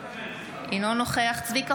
אינו נוכח צביקה